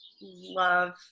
love